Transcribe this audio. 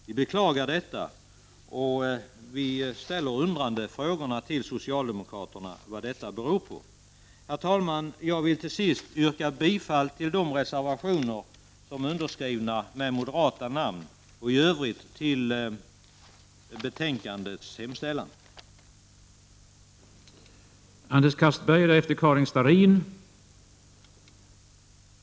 Vi bekla gar detta och ställer undrande frågan till socialdemokraterna: Vad beror = Prot. 1989/90:36 detta på? 30 november 1990 Herr talman! Jag vill till sist yrka bifall till de reservationer som ärunderskrivna med moderata namn och i övrigt till utskottets hemställan. Vattenvård m.m.